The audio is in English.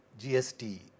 gst